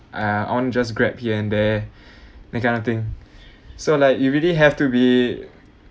ah on just Grab here and there that kind of thing so like you really have to be